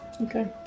Okay